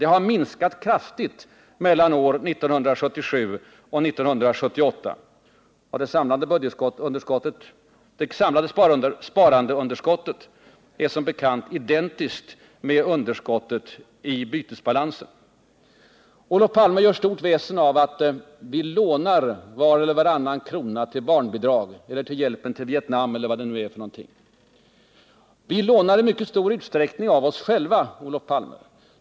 Det har minskat kraftigt mellan åren 1977 och 1978. Det samlade sparunderskottet är som bekant identiskt med underskottet i bytesbalansen. Olof Palme gör stort väsen av att vi lånar var eller varannan krona till barnbidrag eller till hjälpen till Vietnam eller vad nu är. Vi lånar i mycket stor usträckning av oss själva, Olof Palme.